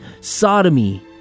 Sodomy